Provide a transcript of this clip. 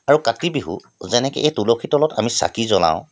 আৰু কাতি বিহু যেনেকৈ এই তুলসীৰ তলত আমি চাকি জ্বলাওঁ